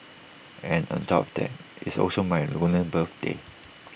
and on top of that IT is also my lunar birthday